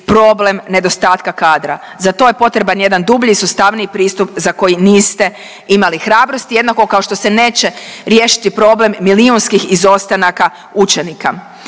problem nedostatka kadra. Za to je potreban jedan dublji i sustavniji pristup za koji niste imali hrabrosti jednako kao što se neće riješiti problem milijunskih izostanaka učenika.